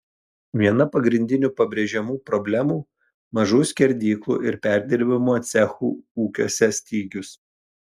viena pagrindinių pabrėžiamų problemų mažų skerdyklų ir perdirbimo cechų ūkiuose stygius